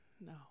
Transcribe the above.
No